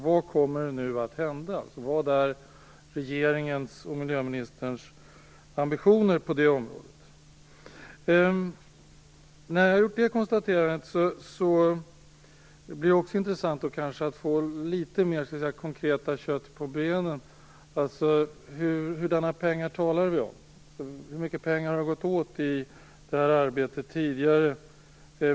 Vad kommer nu att hända? Vad är regeringens och miljöministerns ambition på det området? Efter det konstaterandet blir det intressant att få litet mer kött på benen när det gäller vilka pengar vi talar om. Hur mycket pengar har gått åt till det här arbetet tidigare?